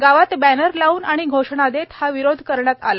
गावात बॅनर लावून आणि घोषणा देत हा विरोध करण्यात आला